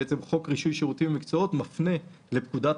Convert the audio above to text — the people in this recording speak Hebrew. חוק רישוי שירותים ומקצועות מפנה לפקודת